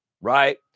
right